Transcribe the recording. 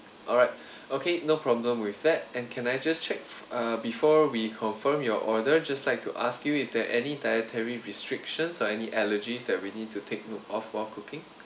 alright okay no problem with that and can I just check uh before we confirm your order just like to ask you is there any dietary restrictions or any allergies that we need to take note of while cooking